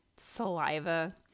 saliva